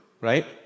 right